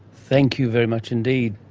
thank you very much indeed.